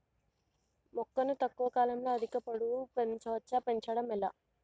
మొక్కను తక్కువ కాలంలో అధిక పొడుగు పెంచవచ్చా పెంచడం ఎలా?